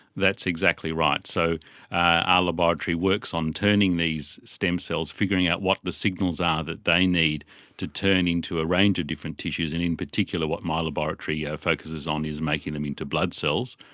that's exactly right. so our ah laboratory works on turning these stem cells, figuring out what the signals are that they need to turn into a range of different tissues, and in particular what my laboratory yeah focuses on is making them into blood cells.